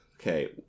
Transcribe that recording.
okay